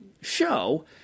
show